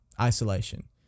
isolation